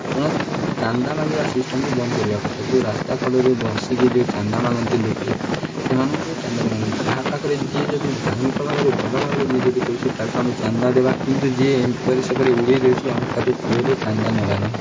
କ'ଣ ଚାନ୍ଦା ମାଗିବା ସିଷ୍ଟମ୍କୁ ବନ୍ଦ କରିବା କଥା ଯେଉଁ ରାସ୍ତା କଡ଼ରେ ବସିକି ଯେଉଁ ଚାନ୍ଦା ମାଗନ୍ତି ଲୋକେ ସେମାନଙ୍କୁ ଚାନ୍ଦା ଦେବାନି ଯାହା ପାଖରେ ଯିଏ ଯଦି ଧାର୍ମିକ ଭାବରେ ଭଲ ଭାବରେ ଯିଏ ଯଦି କରୁଛି ତାକୁ ଆମେ ଚାନ୍ଦା ଦେବା କିନ୍ତୁ ଯିଏ ଏପରି ସେପରି ଉଡ଼େଇ ଦେଉଛି ଆମେ ତାକୁ କେବେ ହେଲେ ଚାନ୍ଦା ନେବା ନାହିଁ